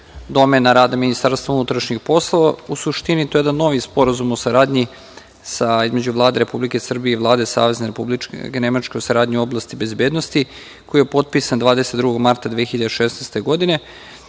domena rada MUP. U suštini, to je jedan novi sporazum o saradnji između Vlade Republike Srbije i Vlade Savezne Republike Nemačke o saradnji u oblasti bezbednosti, koji je potpisan 22. marta 2016. godine,